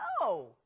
No